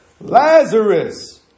Lazarus